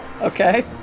Okay